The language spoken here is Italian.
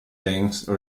dance